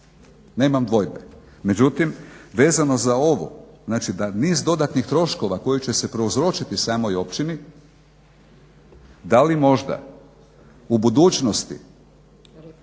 nemam dvojbe, međutim vezano za ovo znači da niz dodatnih troškova koji će se prouzročiti samoj općini da li možda u budućnosti